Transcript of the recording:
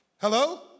Hello